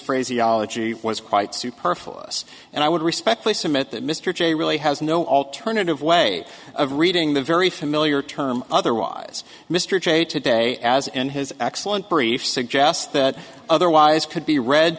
phraseology was quite superfluous and i would respectfully submit that mr j really has no alternative way of reading the very familiar term otherwise mr j today as in his excellent brief suggests that otherwise could be read